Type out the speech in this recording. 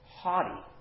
haughty